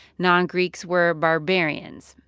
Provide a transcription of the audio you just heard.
non-greeks were barbarians,